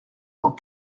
dans